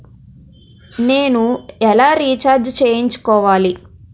నేను ఎలా రీఛార్జ్ చేయించుకోవాలి?